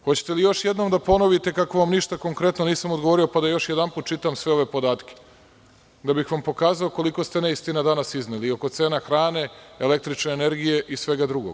Hoćete li još jednom da ponovite kako vam ništa konkretno nisam odgovorio, pa da još jedan čitam sve ove podatke, da bih vam pokazao koliko ste neistina danas izneli i oko cena hrane, električne energije i svega drugog.